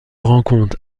rencontre